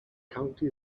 county